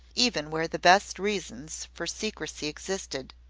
even where the best reasons for secrecy existed.